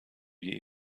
wie